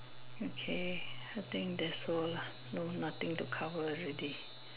okay I think there's all lah no nothing to cover already